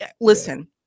Listen